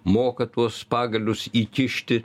moka tuos pagalius įkišti